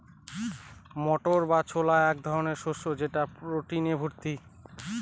মটর বা ছোলা এক ধরনের শস্য যেটা প্রোটিনে ভর্তি